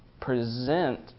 present